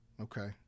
okay